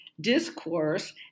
discourse